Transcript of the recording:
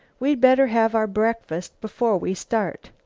we'd better have our breakfast before we start.